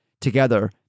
together